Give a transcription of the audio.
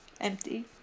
Empty